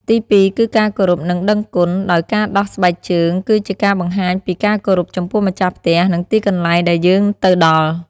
ទីពីរ គឺការគោរព និងដឹងគុណ ដោយការដោះស្បែកជើងគឺជាការបង្ហាញពីការគោរពចំពោះម្ចាស់ផ្ទះ និងទីកន្លែងដែលយើងទៅដល់។